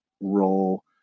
role